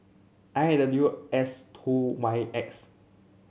I W S two Y X